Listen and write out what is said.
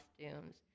costumes